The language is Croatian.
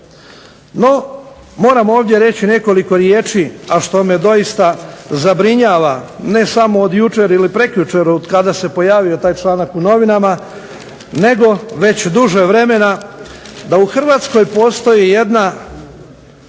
No, moram ovdje reći nekoliko riječi, a što me doista zabrinjava ne samo od jučer ili prekjučer od kada se pojavio taj članak u novinama, nego već duže vremena da u Hrvatskoj postoji jedna